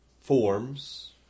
forms